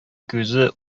күзе